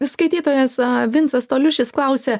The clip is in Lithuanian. skaitytojas vincas toliušis klausia